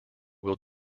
will